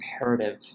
imperative